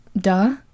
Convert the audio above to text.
duh